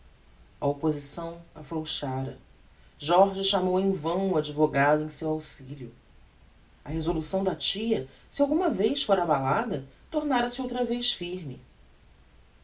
a opposição afrouxara jorge chamou em vão o advogado em seu auxilio a resolução da tia se alguma vez fora abalada tornara-se outra vez firme